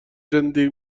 زندگی